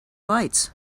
lights